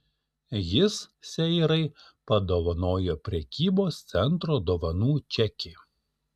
jis seirai padovanojo prekybos centro dovanų čekį